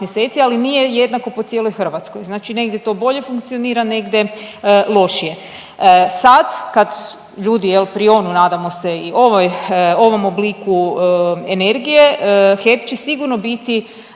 ali nije jednako po cijeloj Hrvatskoj. Znači negdje to bolje funkcionira, negdje lošije. Sad kad ljudi prionu nadamo se i ovom obliku energije HEP će sigurno biti